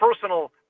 personal